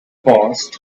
paused